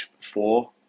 four